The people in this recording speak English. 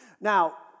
Now